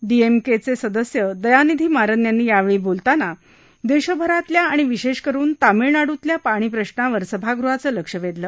डीएमके चे सदस्य दयानिधी मारन यांनी यावेळी बोलताना देशभरातल्या आणि विशेष करुन तामिळनाडूतल्या पाणी प्रशावर सभागृहाचं लक्ष वेधलं